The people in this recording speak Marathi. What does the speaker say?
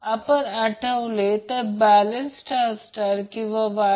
तर येथे ते 45kVAr दिले आहे परंतु पॉवर फॅक्टर जेव्हा 0